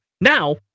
Now